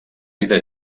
vida